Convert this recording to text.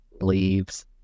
leaves